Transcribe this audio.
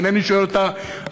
אינני שואל אותה,